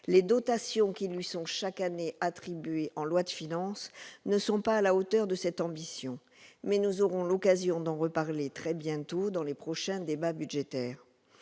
les dotations qui lui sont chaque année attribuées en loi de finances ne sont pas à la hauteur de cette ambition : nous aurons l'occasion d'en reparler très bientôt, au fil des débats budgétaires.